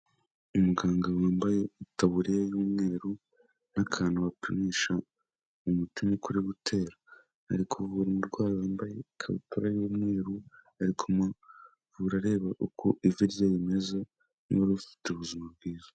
Umuganga wambaye taburiya y'umweru n'akantu bapimisha mu mutima kuri gutera ariko buri murwayi wambaye ikabutura y'umweru ariko urarareba uko ivi rye rimeze niba rifite ubuzima bwiza.